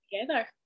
together